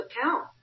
account